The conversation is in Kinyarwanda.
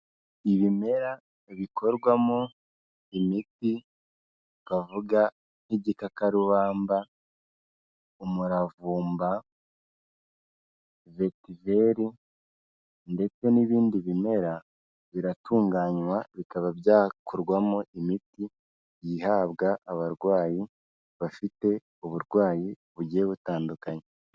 Ibimera bikorwamo imiti kavuga nk'igikakarubamba, umuravumba, vetiveri, ndetse n'ibindi bimera biratunganywa bikaba byakorwamo imiti yihabwa abarwayi bafite uburwayi bugiye butandukanye.